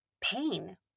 pain